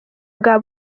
bwa